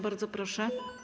Bardzo proszę.